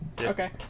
Okay